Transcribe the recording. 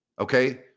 Okay